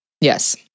Yes